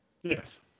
Yes